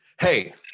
hey